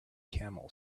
camel